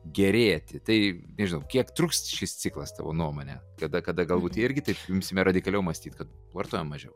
gerėti tai nežinau kiek truks šis ciklas tavo nuomone kada kada galbūt irgi taip imsime radikaliau mąstyt kad vartojam mažiau